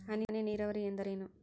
ಹನಿ ನೇರಾವರಿ ಎಂದರೇನು?